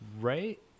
Right